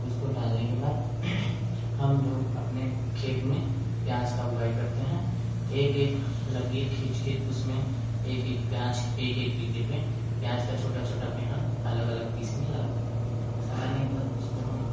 उसको डालने के बाद हम लोग अपने खेत में प्याज का उगाई करते हैं एक एक लकीर खींच कर उसमें एक एक प्याज एक एक बीते पे प्याज का छोटा छोटा बेहन अलग अलग पीस में लगाते हैं लगाने के बाद उसको हम